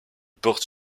porte